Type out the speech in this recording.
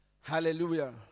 Hallelujah